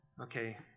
okay